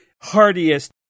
hardiest